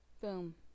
boom